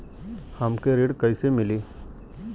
हमके ऋण कईसे मिली?